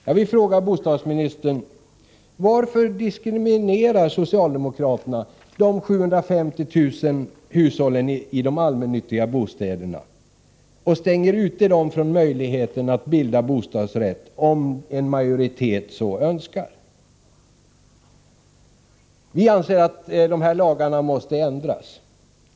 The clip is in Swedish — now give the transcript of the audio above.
Jag vill fråga bostadsministern: Varför diskriminerar socialdemokraterna de 750 000 hushållen i allmännyttans bostäder och stänger ute dem från möjligheten att bilda bostadsrätt, om en majoritet så önskar? Vi anser att dessa lagar måste ändras.